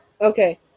Okay